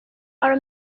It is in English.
are